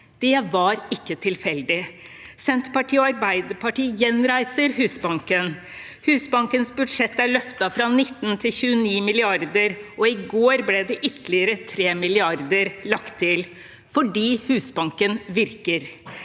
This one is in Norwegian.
Det var ikke tilfeldig. Senterpartiet og Arbeiderpartiet gjenreiser Husbanken. Husbankens budsjett er løftet fra 19 til 29 mrd. kr, og i går ble ytterligere 3 mrd. kr lagt til – fordi Husbanken virker.